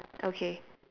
okay